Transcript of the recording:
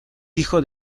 hijo